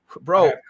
bro